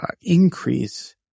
increase